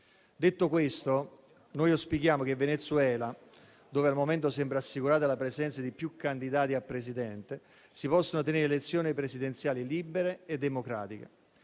Detto questo, noi auspichiamo che in Venezuela, dove al momento sembra assicurata la presenza di più candidati a presidente, si possano tenere elezioni presidenziali libere e democratiche.